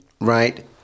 right